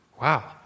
Wow